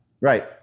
Right